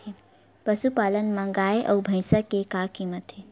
पशुपालन मा गाय अउ भंइसा के का कीमत हे?